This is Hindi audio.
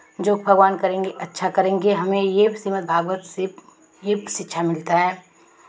जो भगवान करेंगे अच्छा करेंगे हमें ये श्रीमद्भागवत से एक शिक्षा मिलता है